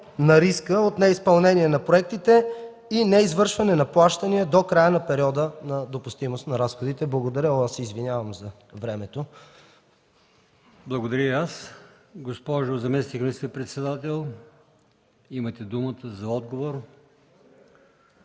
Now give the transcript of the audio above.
на риска от неизпълнение на проектите и неизвършване на плащания до края на периода на допустимост на разходите. Благодаря и се извинявам за времето. ПРЕДСЕДАТЕЛ АЛИОСМАН ИМАМОВ: Благодаря и аз. Госпожо заместник министър-председател, имате думата за отговор.